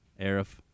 Arif